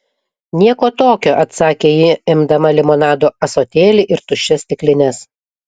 nieko tokio atsakė ji imdama limonado ąsotėlį ir tuščias stiklines